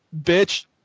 bitch